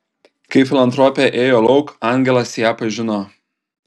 kai filantropė ėjo lauk angelas ją pažino